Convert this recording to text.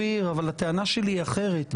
אופיר, הטענה שלי היא אחרת.